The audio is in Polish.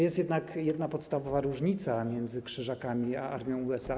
Jest jednak jedna podstawowa różnica między Krzyżakami a armią USA.